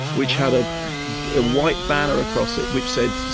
which had a white banner across it which said,